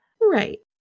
Right